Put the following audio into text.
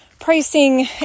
pricing